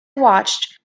watched